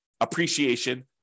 appreciation